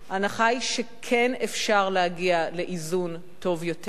ההנחה היא שכן אפשר להגיע לאיזון טוב יותר,